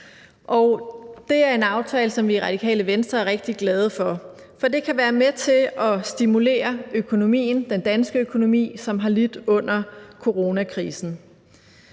Det er en aftale, som vi i Radikale Venstre er rigtig glade for, for det kan være med til at stimulere den danske økonomi, som har lidt under coronakrisen.